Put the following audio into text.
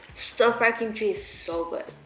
so fry kimchi is so good.